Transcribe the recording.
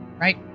Right